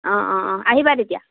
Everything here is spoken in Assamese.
অঁ অঁ অঁ আহিবা তেতিয়া